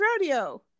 rodeo